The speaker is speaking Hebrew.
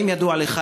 האם ידוע לך,